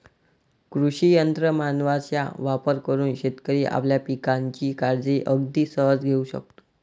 कृषी यंत्र मानवांचा वापर करून शेतकरी आपल्या पिकांची काळजी अगदी सहज घेऊ शकतो